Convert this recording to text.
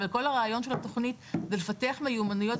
וכל הרעיון של התוכנית זה לפתח מיומנויות,